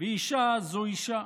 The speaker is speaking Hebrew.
ואישה זו אישה.